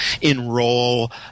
enroll